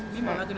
right